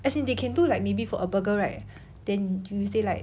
as in they can do like maybe for a burger right then you say like